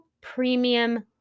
premium